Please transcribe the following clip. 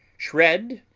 shred,